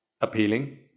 appealing